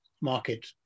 market